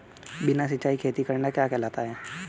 बिना सिंचाई खेती करना क्या कहलाता है?